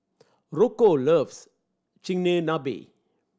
Rocco loves Chigenabe